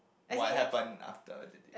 what happened after that day